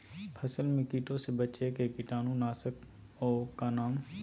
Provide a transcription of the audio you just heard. फसल में कीटों से बचे के कीटाणु नाशक ओं का नाम?